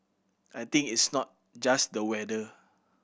I think it's not just the weather